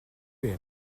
aimes